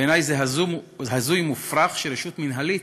בעיני זה הזוי ומופרך שרשות מינהלית